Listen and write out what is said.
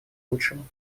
лучшему